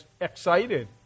excited